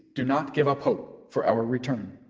do not give up hope for our return